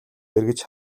эргэж